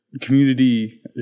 community